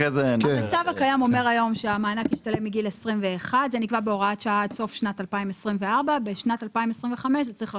אחרי זה נדבר על --- המצב הקיים היום אומר שהמענק ישתלם מגיל 21. זה נקבע בהוראת השעה עד סוף שנת 2024. בשנת 2025 זה צריך לחזור,